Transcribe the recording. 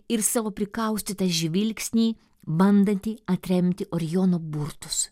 ir savo prikaustytą žvilgsnį bandantį atremti orijono burtus